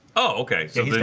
oh, okay?